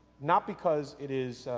not because it is,